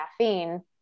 caffeine